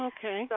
Okay